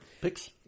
Picks